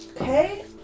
Okay